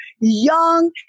young